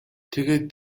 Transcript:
тэгээд